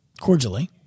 cordially